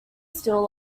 still